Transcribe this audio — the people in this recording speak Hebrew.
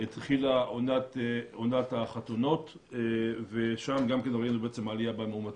התחילה עונת החתונות ושם גם ראינו עלייה במאומתים.